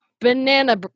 Banana